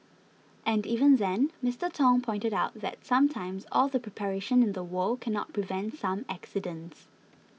and even then Mister Tong pointed out that sometimes all the preparation in the world cannot prevent some accidents